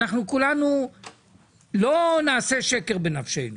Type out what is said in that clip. ואנחנו כולנו לא נעשה שקר בנפשנו.